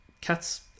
cats